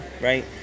right